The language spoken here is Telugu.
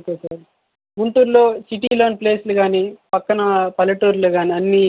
ఓకే సార్ గుంటూరులో సిటీ లోని ప్లేసులు కానీ పక్కన పల్లెటూరులో కానీ అన్నీ